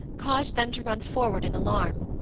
caused them to run forward in alarm.